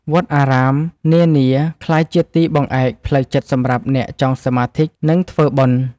វត្តអារាមនានាក្លាយជាទីបង្អែកផ្លូវចិត្តសម្រាប់អ្នកចង់សមាធិ និងធ្វើបុណ្យ។